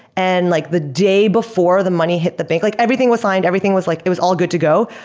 and like the day before the money hit the bank like everything was signed. everything was like it was all good to go.